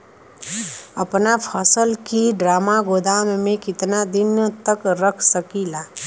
अपना फसल की ड्रामा गोदाम में कितना दिन तक रख सकीला?